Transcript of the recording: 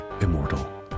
immortal